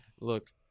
Look